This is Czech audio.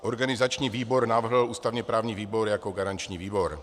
Organizační výbor navrhl ústavněprávní výbor jako garanční výbor.